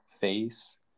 face